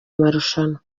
amarushanwa